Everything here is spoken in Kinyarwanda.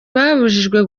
babujijwe